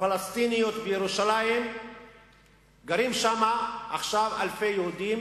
פלסטיניות בירושלים גרים אלפי יהודים.